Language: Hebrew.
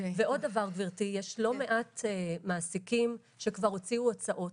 ועוד דבר: יש לא מעט מעסיקים שכבר הוציאו הוצאות